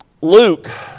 Luke